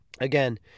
Again